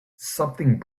something